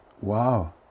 wow